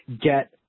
get